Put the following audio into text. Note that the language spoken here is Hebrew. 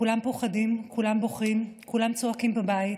כולם פוחדים, כולם בוכים, כולם צועקים בבית.